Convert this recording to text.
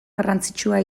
garrantzitsua